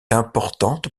importante